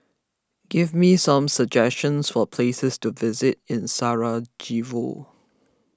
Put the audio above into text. give me some suggestions for places to visit in Sarajevo